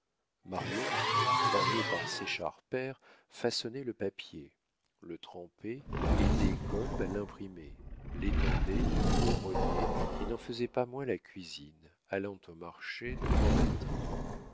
marion formée par séchard père façonnait le papier le trempait aidait kolb à l'imprimer retendait le rognait et n'en faisait pas moins la cuisine en allant au marché de grand matin